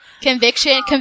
Conviction